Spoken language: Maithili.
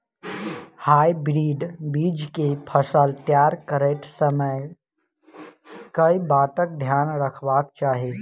हाइब्रिड बीज केँ फसल तैयार करैत समय कऽ बातक ध्यान रखबाक चाहि?